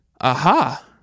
Aha